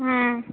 ह्म्म